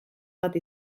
bat